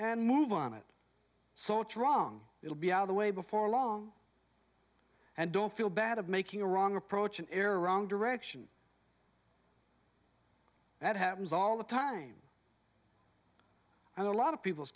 and move on it so it's wrong it will be all the way before long and don't feel bad of making a wrong approach an error wrong direction that happens all the time and a lot of people